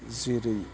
जेरै